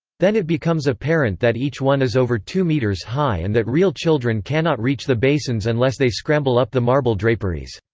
then it becomes apparent that each one is over two metres high and that real children cannot reach the basins unless they scramble up the marble draperies.